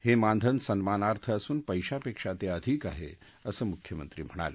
हे मानधन सन्मानार्थ असून पैशापेक्षा ते अधिक आहे असं मुख्यमंत्री म्हणाले